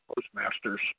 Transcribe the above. Postmasters